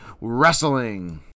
wrestling